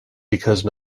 because